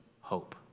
hope